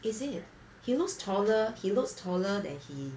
is it he looks taller he looks taller than he